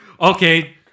Okay